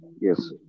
Yes